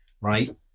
right